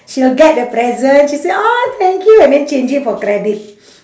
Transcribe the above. she'll get the present she say orh thank you and then change it for credit